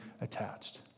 attached